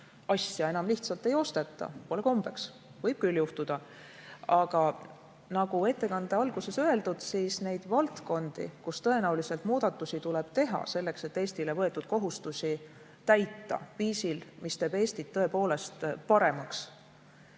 asja enam lihtsalt ei osteta, pole kombeks. Võib küll nii juhtuda. Aga nagu ettekande alguses öeldud, neid valdkondi, kus tõenäoliselt muudatusi tuleb teha, selleks et Eestile võetud kohustusi täita viisil, mis teeb Eestit tõepoolest paremaks,